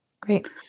great